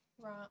Right